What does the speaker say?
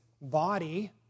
body